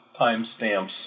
timestamps